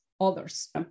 others